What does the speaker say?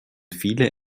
viele